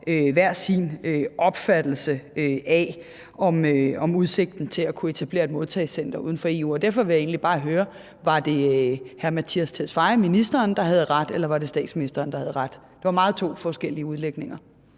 hver sin opfattelse af udsigten til at kunne etablere et modtagecenter uden for EU. Og derfor vil jeg egentlig bare høre: Var det udlændinge- og integrationsministeren, der havde ret, eller var det statsministeren, der havde ret? Det var to meget forskellige udlægninger.